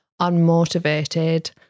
unmotivated